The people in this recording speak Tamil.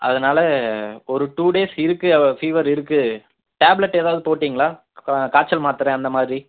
அதனால் ஒரு டூ டேஸ் இருக்கு பீவர் இருக்கு டேப்லெட் ஏதாவது போட்டிங்களா காய்ச்சல் மாத்திரை அந்த மாதிரி